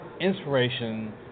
inspiration